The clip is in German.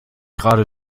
gerade